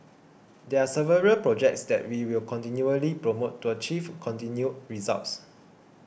there are several projects that we will continually promote to achieve continued results